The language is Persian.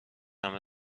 همه